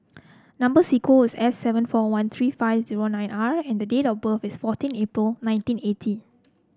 number sequence is S seven four one three five zero nine R and date of birth is fourteen April nineteen eighty